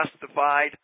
justified